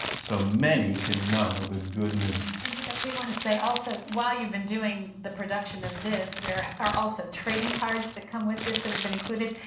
so many can know the good news. and you know we want to say also, while you've been doing the production of this, there are also trading cards that come with this that have been included,